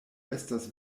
estas